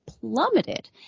plummeted